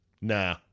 Nah